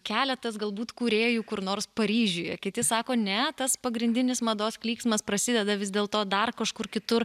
keletas galbūt kūrėjų kur nors paryžiuje kiti sako ne tas pagrindinis mados klyksmas prasideda vis dėl to dar kažkur kitur